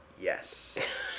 yes